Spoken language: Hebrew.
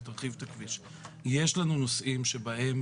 יש לנו נושאים שבהם